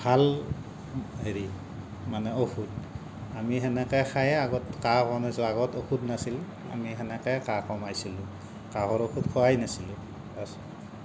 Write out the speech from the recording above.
ভাল হেৰি মানে ঔষধ আমি সেনেকে খায়ে আগত কাহ কমাইছোঁ আগত ঔষধ নাছিল আমি সেনেকে কাহ কমাইছিলোঁ কাহৰ ঔষধ খোৱাই নাছিলোঁ